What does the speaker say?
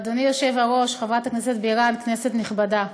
אדוני היושב-ראש, חברת הכנסת בירן, כנסת נכבדה,